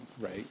right